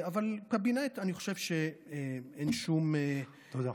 אבל בקבינט אני חושב שאין שום, תודה.